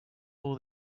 all